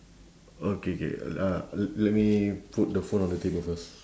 okay K l~ uh l~ let me put the phone on the table first